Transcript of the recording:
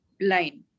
line